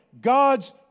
God's